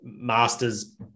master's